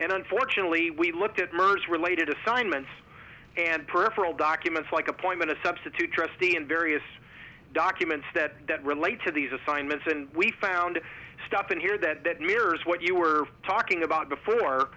and unfortunately we looked at murders related assignment and peripheral documents like appointment to substitute trustee and various documents that don't relate to these assignments and we found stop in here that that mirrors what you were talking about before